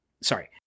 sorry